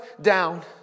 down